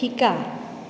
শিকা